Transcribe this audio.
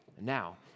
now